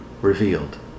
revealed